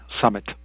summit